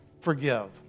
forgive